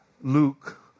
Luke